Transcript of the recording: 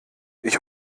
ich